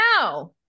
now